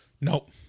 Nope